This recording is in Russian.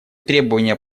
требования